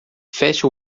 feche